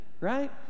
Right